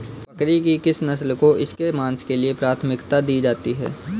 बकरी की किस नस्ल को इसके मांस के लिए प्राथमिकता दी जाती है?